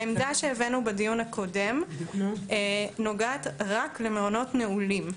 העמדה שהבענו בדיון הקודם נוגעת רק למעונות נעולים.